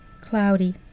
Cloudy